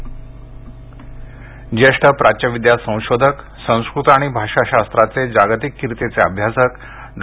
मेहेंदळे निधन ज्येष्ठ प्राच्यविद्या संशोधक संस्कृत आणि भाषाशास्त्राचे जागतिक किर्तीचे अभ्यासक डॉ